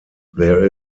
there